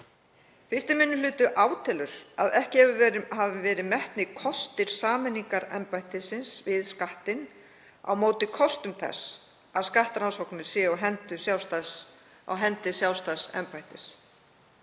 1. minni hluti átelur að ekki hafi verið metnir kostir sameiningar embættisins við Skattinn á móti kostum þess að skattrannsóknir séu á hendi sjálfstæðs embættis.